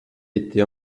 été